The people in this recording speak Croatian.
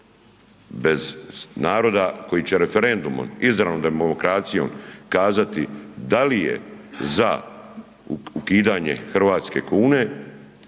bez naroda koji će referendumom, izravno demokracijom kazati da li je za ukidanje hrvatske kune